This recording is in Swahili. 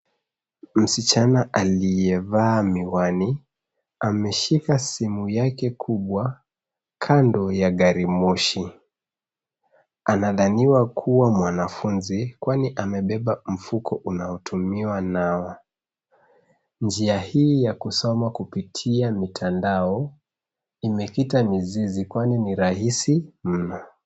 Msichana aliyevaa miwani ameshika simu yake kubwa kando ya gari moshi. Anadhaniwa kuwa mwanafunzi kwani amebeba mfuko unaotumiwa na njia hii ya kusomakupitia mitandao imepita mizizi kwani ni rahisi mno.